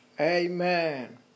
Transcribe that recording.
Amen